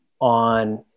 on